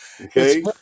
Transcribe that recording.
Okay